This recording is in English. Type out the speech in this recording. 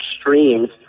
streams